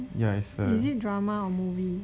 also korean is it drama or movie